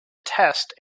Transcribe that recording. test